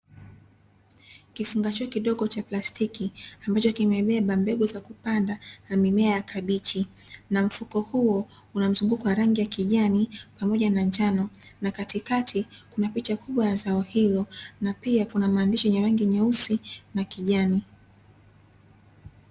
Kifungashio kidogo cha plastiki ambacho kimebeba mbegu za kupanda na mimea ya kabichi na mfuko huo unamzunguko rangi ya kijani pamoja na njano na katikati kuna picha kubwa ya zao hilo na pia kuna maandishi yenye rangi nyeusi na kijani.